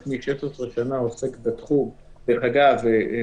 שנה עוסק בתחום אני מדבר על עצמי,